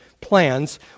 plans